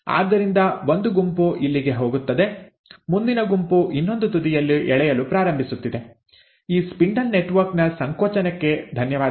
ಆದ್ದರಿಂದ ಒಂದು ಗುಂಪು ಇಲ್ಲಿಗೆ ಹೋಗುತ್ತದೆ ಮುಂದಿನ ಗುಂಪು ಇನ್ನೊಂದು ತುದಿಯಲ್ಲಿ ಎಳೆಯಲು ಪ್ರಾರಂಭಿಸುತ್ತಿದೆ ಈ ಸ್ಪಿಂಡಲ್ ನೆಟ್ವರ್ಕ್ ನ ಸಂಕೋಚನಕ್ಕೆ ಧನ್ಯವಾದಗಳು